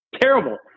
terrible